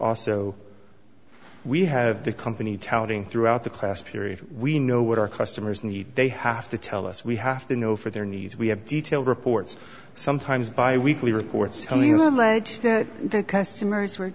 also we have the company touting throughout the class period we know what our customers need they have to tell us we have to know for their needs we have detailed reports sometimes by weekly reports that customers were